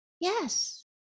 yes